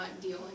dealing